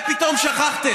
שוכח: